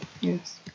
yes